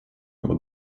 него